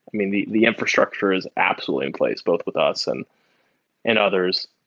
i mean, the the infrastructure is absolutely in place both with us and and others.